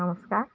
নমস্কাৰ